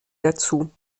dazu